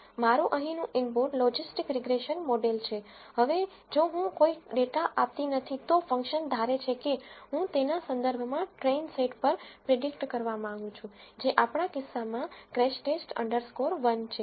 મારું અહીંનું input logistic regression model છે હવે જો હું કોઈ ડેટા આપતી નથી તો ફંકશન ધારે છે કે હું તેના સંદર્ભમાં ટ્રેઇન સેટ પર પ્રીડીકટ કરવા માંગું છું જે આપણા કિસ્સામાં ક્રેશ ટેસ્ટ અન્ડરસ્કોર 1crashTest 1 છે